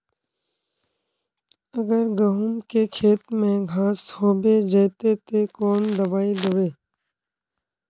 अगर गहुम के खेत में घांस होबे जयते ते कौन दबाई दबे?